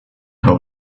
how